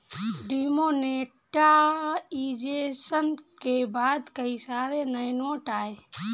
demonetisation के बाद कई सारे नए नोट आये